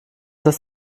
das